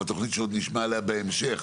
והתוכנית שעוד נשמע עליה בהמשך,